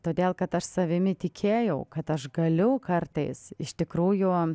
todėl kad aš savimi tikėjau kad aš galiu kartais iš tikrųjų